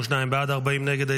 32 בעד, 40 נגד.